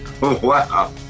Wow